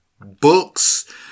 books